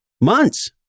months